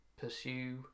pursue